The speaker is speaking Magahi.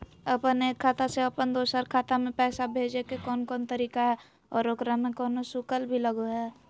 अपन एक खाता से अपन दोसर खाता में पैसा भेजे के कौन कौन तरीका है और ओकरा में कोनो शुक्ल भी लगो है की?